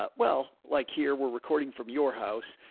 ah well, like here, we're recording from your house.